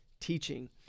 teaching